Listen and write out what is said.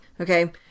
Okay